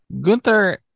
Gunther